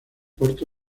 porta